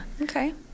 Okay